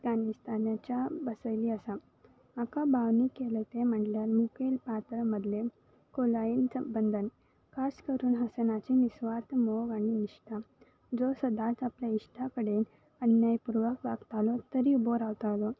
अफगानिस्तानाच्या बसयरी आसा म्हाका भावनीक केलें तें म्हणल्यार मुखेल पात्र मदलें कोलायनचबंंदन खास करून हसनाची निस्वात मोग आनी इश्टा जो सदांच आपल्या इश्टा कडेन अन्यायपुर्वाक वागतालो तरी उबो रावतालो